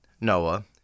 Noah